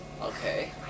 Okay